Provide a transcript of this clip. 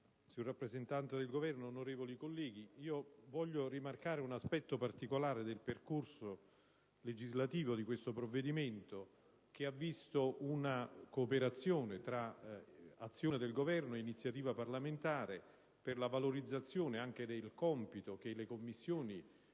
signor rappresentante del Governo, colleghi, desidero rimarcare un aspetto particolare del percorso legislativo di questo provvedimento, che ha visto una cooperazione fra azione del Governo e iniziativa parlamentare anche per la valorizzazione del compito che le Commissioni